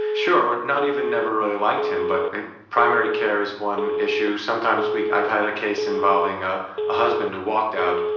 sure. not even never really liked him, but primary care is one issue, sometimes i've had a case involving ah a husband who walked out,